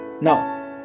Now